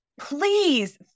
Please